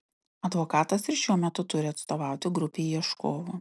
advokatas ir šiuo metu turi atstovauti grupei ieškovų